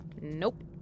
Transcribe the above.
Nope